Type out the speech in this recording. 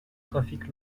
trafic